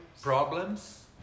Problems